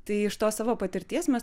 tai iš tos savo patirties mes